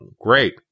Great